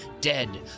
dead